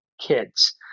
kids